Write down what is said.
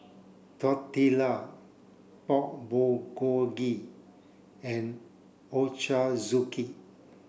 Tortilla Pork Bulgogi and Ochazuke